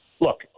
look